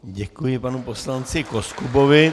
Děkuji panu poslanci Koskubovi.